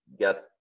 get